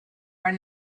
are